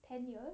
ten years